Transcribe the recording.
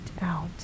out